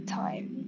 time